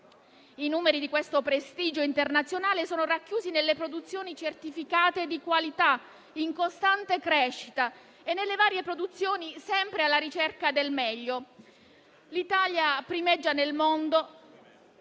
I numeri di questo prestigio internazionale sono racchiusi nelle produzioni certificate di qualità in costante crescita e nelle varie produzioni sempre alla ricerca del meglio. L'Italia primeggia nel mondo